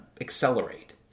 accelerate